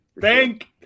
Thank